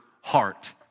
heart